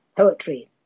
poetry